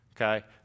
Okay